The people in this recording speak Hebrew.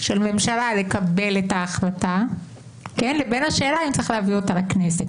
של ממשלה לקבל את ההחלטה לבין השאלה אם צריך להביא אותה לכנסת.